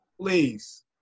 please